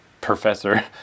professor